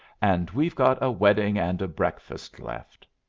and we've got a wedding and a breakfast left.